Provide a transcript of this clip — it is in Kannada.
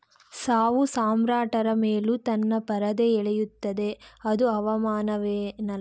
ಸಾವು ಸಾಮ್ರಾಟರ ಮೇಲೂ ತನ್ನ ಪರದೆ ಎಳೆಯುತ್ತದೆ ಅದು ಅವಮಾನವೇನಲ್ಲ